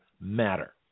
matter